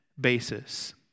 basis